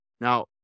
Now